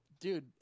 dude